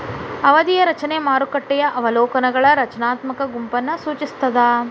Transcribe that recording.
ಅವಧಿಯ ರಚನೆ ಮಾರುಕಟ್ಟೆಯ ಅವಲೋಕನಗಳ ರಚನಾತ್ಮಕ ಗುಂಪನ್ನ ಸೂಚಿಸ್ತಾದ